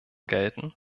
gelten